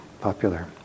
popular